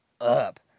up